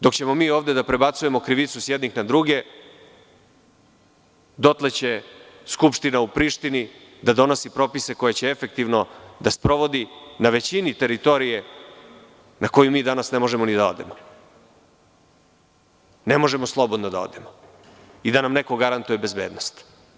Dok ćemo mi ovde da prebacujemo krivicu s jednih na druge, dotle će skupština u Prištini da donosi propise koje će efektivno da sprovodi na većini teritorije na koju mi danas ne možemo ni da odemo slobodno i da nam neko garantuje bezbednost.